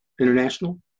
International